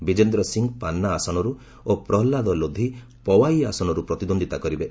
ବିଜେନ୍ଦ୍ର ସିଂ ପାନ୍ନା ଆସନରୁ ଓ ପ୍ରହଲ୍ଲାଦ ଲୋଧି ପୱାଇ ଆସନରୁ ପ୍ରତିଦ୍ୱନ୍ଦ୍ୱିତା କରିବେ